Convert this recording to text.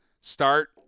start